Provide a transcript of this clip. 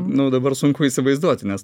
nu dabar sunku įsivaizduoti nes